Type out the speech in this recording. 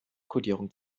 kodierung